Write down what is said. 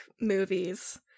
movies